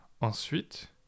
Ensuite